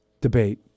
debate